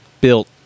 built